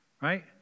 Right